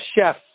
chef